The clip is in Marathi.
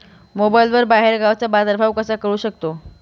मोबाईलवर बाहेरगावचा बाजारभाव कसा कळू शकतो?